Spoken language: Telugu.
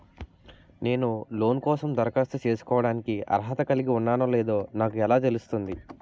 నేను లోన్ కోసం దరఖాస్తు చేసుకోవడానికి అర్హత కలిగి ఉన్నానో లేదో నాకు ఎలా తెలుస్తుంది?